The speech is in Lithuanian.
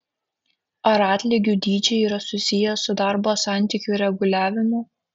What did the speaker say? ar atlygių dydžiai yra susiję su darbo santykių reguliavimu